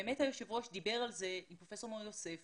באמת היושב ראש דיבר על זה עם פרופסור מור יוסף.